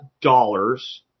dollars –